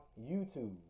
YouTube